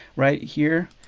right here,